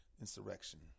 insurrection